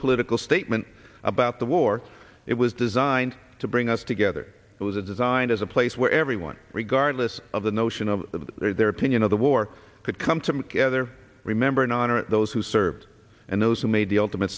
political statement about the war it was designed to bring us together it was a designed as a place where everyone regardless of the notion of their opinion of the war could come together remember and honor those who served and those who made the ultimate